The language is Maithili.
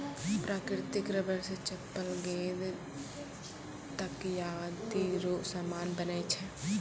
प्राकृतिक रबर से चप्पल गेंद तकयादी रो समान बनै छै